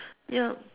ya